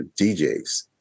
DJs